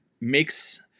makes